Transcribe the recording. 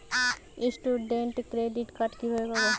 Student credit card কিভাবে পাব?